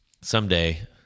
someday